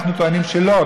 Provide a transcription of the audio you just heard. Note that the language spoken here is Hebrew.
אנחנו טוענים שלא,